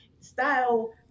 style